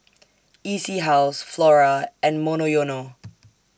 E C House Flora and Monoyono